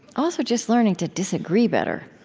also, just learning to disagree better,